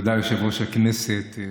סגן יושב-ראש הכנסת,